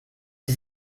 dir